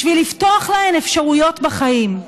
בשביל לפתוח להן אפשרויות בחיים.